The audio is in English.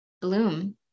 bloom